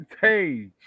hey